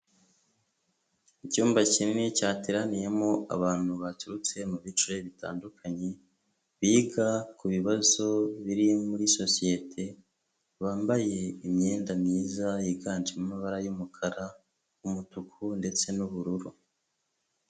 Icyumba kinini cyateraniyemo abantu baturutse mu bice bitandukanye, biga ku bibazo biri muri sosiyete, bambaye imyenda myiza yiganje amabara y'umukara, umutuku ndetse n'ubururu.